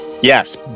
yes